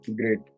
Great